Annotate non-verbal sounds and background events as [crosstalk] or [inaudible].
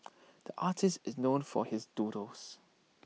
[noise] the artist is known for his doodles